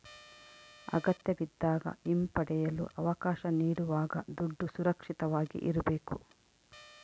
ಅಗತ್ಯವಿದ್ದಾಗ ಹಿಂಪಡೆಯಲು ಅವಕಾಶ ನೀಡುವಾಗ ದುಡ್ಡು ಸುರಕ್ಷಿತವಾಗಿ ಇರ್ಬೇಕು